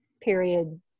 period